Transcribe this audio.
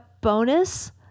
bonus